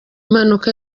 mpanuka